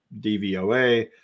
DVOA